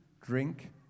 drink